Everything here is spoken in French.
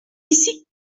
ici